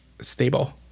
stable